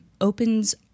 opens